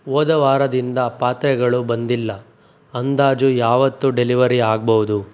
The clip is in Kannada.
ಹೋದ ವಾರದಿಂದ ಪಾತ್ರೆಗಳು ಬಂದಿಲ್ಲ ಅಂದಾಜು ಯಾವತ್ತು ಡೆಲಿವರಿ ಆಗ್ಬೋದು